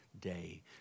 day